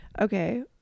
Okay